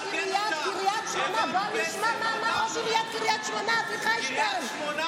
קריית שמונה, פתרנו,